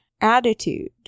attitude